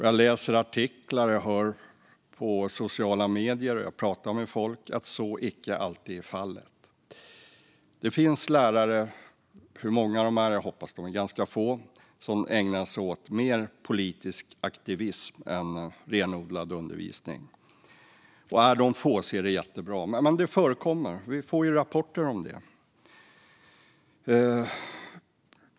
Jag läser artiklar, jag hör på sociala medier och jag talar med människor och vet att så icke alltid är fallet. Det finns lärare - jag vet inte hur många de är, och jag hoppas att de är ganska få - som ägnar sig mer åt politisk aktivism är renodlad undervisning. Är de få är det jättebra. Men det förekommer. Vi får rapporter om det.